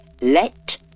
Let